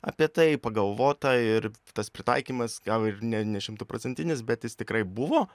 apie tai pagalvota ir tas pritaikymas gal ir ne ne šimtaprocentinis bet jis tikrai buvo